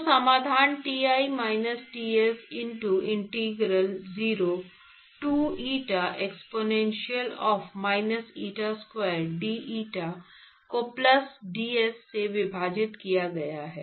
तो समाधान Ti minus Ts into integral 0 to eta exponential of minus eta square d eta को plus Ts से विभाजित किया गया है